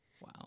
Wow